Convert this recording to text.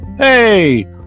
Hey